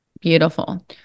Beautiful